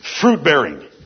fruit-bearing